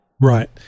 right